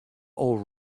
all